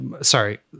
Sorry